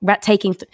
taking